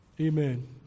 Amen